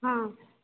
ହଁ